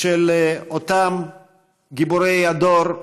של אותם גיבורי הדור.